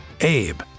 Abe